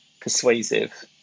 persuasive